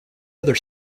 other